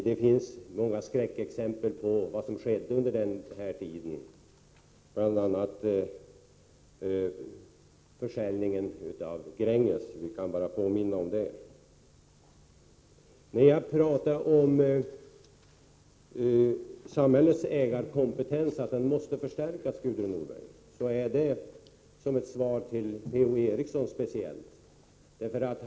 Det finns många skräckexempel på vad som skedde när de borgerliga regerade — jag behöver bara påminna om försäljningen av Gränges. När jag pratar om att samhällets ägarkompetens måste förstärkas, Gudrun Norberg, är det som ett svar främst till Per-Ola Eriksson.